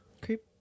creep